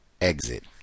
exit